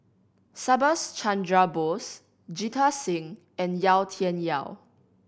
Subhas Chandra Bose Jita Singh and Yau Tian Yau